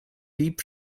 deep